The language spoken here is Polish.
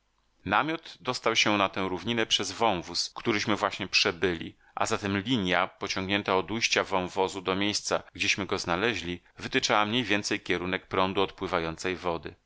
namiot dostał się na tę równinę przez wąwóz któryśmy właśnie przebyli a zatem linja pociągnięta od ujścia wąwozu do miejsca gdzieśmy go znaleźli wytyczała mniej więcej kierunek prądu odpływającej wody